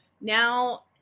Now